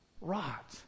rot